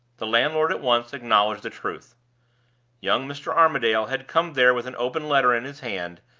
the landlord at once acknowledged the truth young mr. armadale had come there with an open letter in his hand,